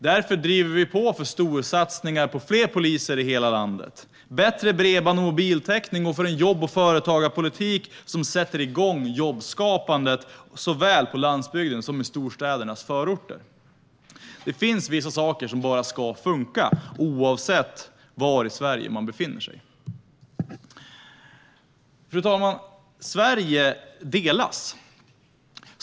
Därför driver vi på för storsatsningar på fler poliser i hela landet, bättre bredband och mobiltäckning och en jobb och företagarpolitik som sätter igång jobbskapandet såväl på landsbygden som i storstädernas förorter. Det finns vissa saker som bara ska funka, oavsett var i Sverige man befinner sig. Fru talman! Sverige delas.